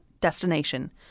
destination